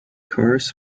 cars